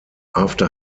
after